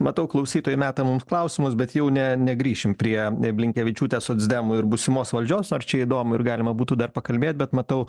matau klausytojai meta mums klausimus bet jau ne negrįšim prie blinkevičiūtės socdemų ir būsimos valdžios ar čia įdomu ir galima būtų dar pakalbėt bet matau